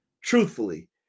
Truthfully